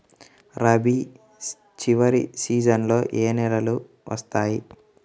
రబీ చివరి సీజన్లో ఏ నెలలు వస్తాయి?